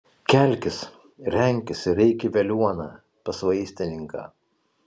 kelkis renkis ir eik į veliuoną pas vaistininką